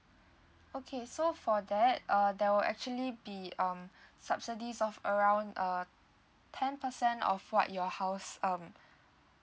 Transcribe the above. okay so for that err there will actually be um subsidies of around uh ten percent of what your house um